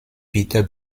peter